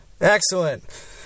excellent